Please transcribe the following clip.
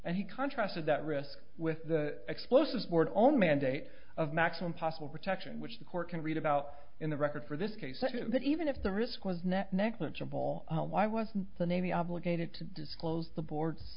and he contracted that risk with the explosives were only mandate of maximum possible protection which the court can read about in the record for this case so that even if the risk was net negligible why wasn't the navy obligated to disclose the board